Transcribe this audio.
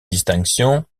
distinctions